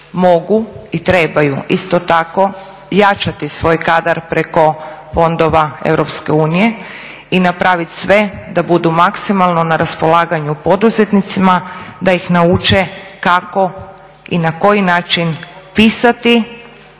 i trebaju isto tako jačati svoj kadar preko fondova Europske unije i napraviti sve da budu maksimalno na raspolaganju poduzetnicima da ih nauče kako i na koji način pisati